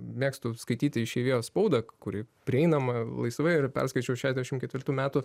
mėgstu skaityti išeivijos spaudą kuri prieinama laisvai ir perskaičiau šedešim ketvirtų metų